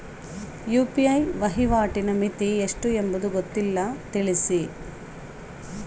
UPI ವಹಿವಾಟಿನ ಮಿತಿ ಎಷ್ಟು ಎಂಬುದು ಗೊತ್ತಿಲ್ಲ? ತಿಳಿಸಿ?